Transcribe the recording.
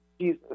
Jesus